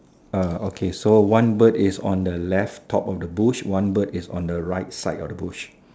okay so one bird is on the left top of the bush one bird is on the right side of the bush